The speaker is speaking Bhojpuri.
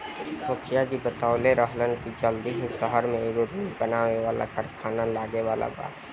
मुखिया जी बतवले रहलन की जल्दी ही सहर में एगो रुई बनावे वाला कारखाना लागे वाला बावे